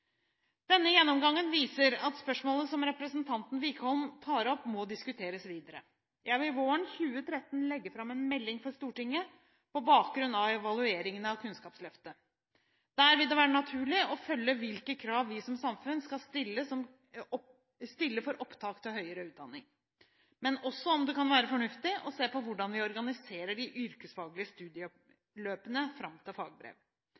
Denne gjennomgangen viser at spørsmålet som representanten Wickholm tar opp, må diskuteres videre. Jeg vil våren 2013 legge fram en melding for Stortinget på bakgrunn av evalueringene av Kunnskapsløftet. Der vil det være naturlig å drøfte hvilke krav vi som samfunn skal stille for opptak til høyere utdanning – men også om det kan være fornuftig å se på hvordan vi organiserer de yrkesfaglige studieløpene fram til fagbrev.